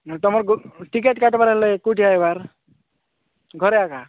ତମର ଟିକେଟ୍ କାଟବାର ହେଲେ କେଉଁଠି ଆଇବାର ଘରେ ଏକା